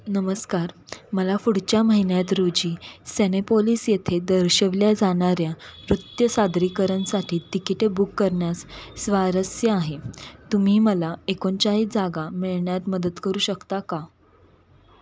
नमस्कार मला पुढच्या महिन्यात रोजी सेनेपोलिस येथे दर्शवल्या जाणाऱ्या नृत्य सादरीकरणसाठी तिकिटे बुक करण्यास स्वारस्य आहे तुम्ही मला एकोणचाळीस जागा मिळण्यात मदत करू शकता का